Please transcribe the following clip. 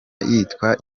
yitwa